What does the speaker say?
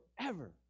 forever